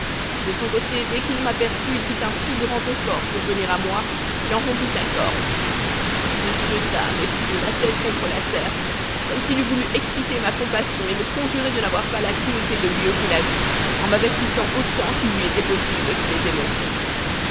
de son côté dès qu'il m'aperçut il fit un si grand effort pour venir à moi qu'il en rompit sa corde il se jeta à mes pieds la tête contre la terre comme s'il eût voulu exciter ma compassion et me conjurer de n'avoir pas la cruauté de lui ôter la vie en m'avertissant autant qu'il lui était possible qu'il était mon fils